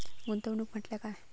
गुंतवणूक म्हटल्या काय?